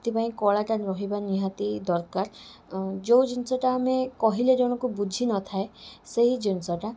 ସେଥିପାଇଁ କଳାଟା ରହିବା ନିହାତି ଦରକାର ଯେଉଁ ଜିନିଷଟା ଆମେ କହିଲେ ଜଣକୁ ବୁଝିନଥାଏ ସେହି ଜିନିଷଟା